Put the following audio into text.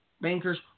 bankers